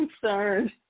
concerned